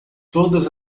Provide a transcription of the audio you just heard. todas